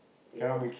you